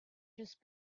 just